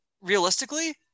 realistically